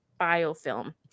biofilm